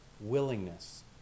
willingness